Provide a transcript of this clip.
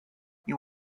you